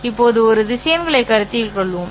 இப்போது ஒரு திசையன்களைக் கருத்தில் கொள்வோம்